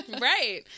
Right